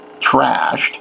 trashed